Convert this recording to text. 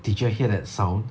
did you all hear that sound